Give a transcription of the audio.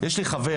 יש לי חבר,